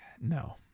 No